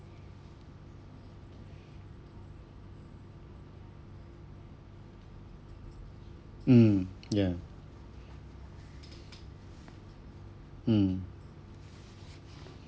mm yeah mm